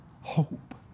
Hope